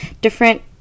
different